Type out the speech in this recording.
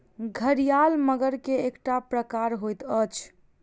घड़ियाल मगर के एकटा प्रकार होइत अछि